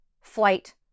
flight